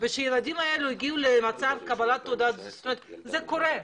וכשהילדים האלה הגיעו למצב קבלת תעודת זהות זאת אומרת זה קורה.